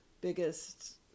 biggest